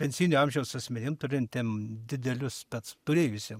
pensijinio amžiaus asmenim turintiem didelius spec turėjusiem